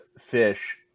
Fish